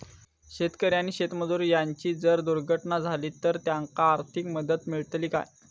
शेतकरी आणि शेतमजूर यांची जर दुर्घटना झाली तर त्यांका आर्थिक मदत मिळतली काय?